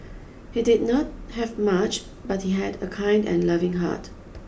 he did not have much but he had a kind and loving heart